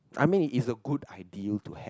I mean its a good ideal to have